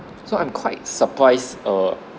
so I'm quite surprised err